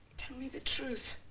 tell me the truth.